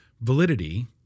Validity